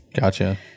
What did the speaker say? Gotcha